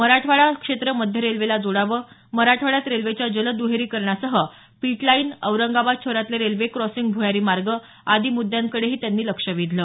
मराठवाडा क्षेत्र मध्य रेल्वेला जोडावं मराठवाड्यात रेल्वेच्या जलद दहेरीकरणासह पीटलाईन औरंगाबाद शहरातले रेल्वे क्रॉसिंग भूयारी मार्ग आदी मृद्यांकडेही त्यांनी लक्ष वेधलं